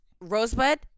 Rosebud